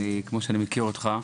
כמו שאני מכיר אותך,